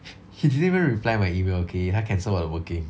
he didn't even reply my email okay 还 cancel 我的 booking